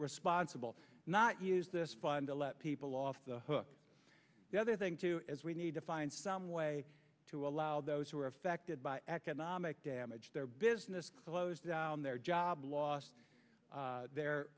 responsible not use this fund to let people off the hook the other thing too is we need to find some way to allow those who are affected by economic damage their business close down their job